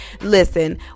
Listen